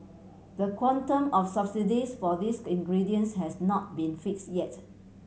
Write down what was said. the quantum of subsidies for these ingredients has not been fixed yet